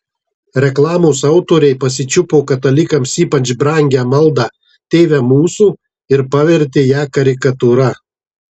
reklamos autoriai pasičiupo katalikams ypač brangią maldą tėve mūsų ir pavertė ją karikatūra